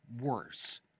worse